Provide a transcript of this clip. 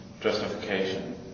justification